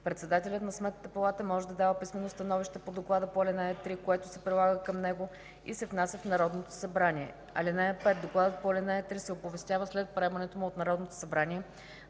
Председателят на Сметната палата може да дава писмено становище по доклада по ал. 3, което се прилага към него и се внася в Народното събрание. (5) Докладът по ал. 3 се оповестява след приемането му от Народното събрание